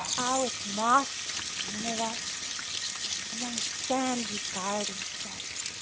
are with mosque and minaret among sandy gardens set,